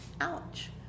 Ouch